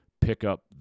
pickup